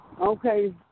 Okay